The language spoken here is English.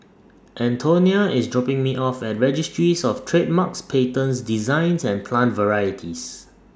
Antonia IS dropping Me off At Registries of Trademarks Patents Designs and Plant Varieties